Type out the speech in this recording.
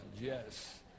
yes